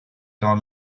dans